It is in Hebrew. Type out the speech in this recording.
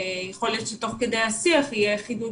יכול להיות שתוך כדי השיח יהיה חידוד